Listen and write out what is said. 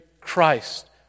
Christ